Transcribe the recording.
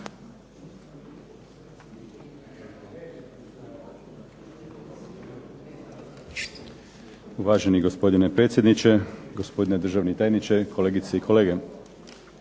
Uvaženi gospodine predsjedniče, gospodine državni tajniče, kolegice i kolege.